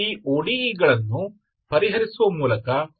3141 ಆದ್ದರಿಂದ ಈ ಒ